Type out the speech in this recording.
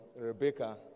Rebecca